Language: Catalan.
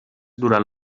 durant